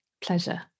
Pleasure